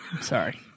Sorry